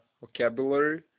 vocabulary